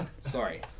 Sorry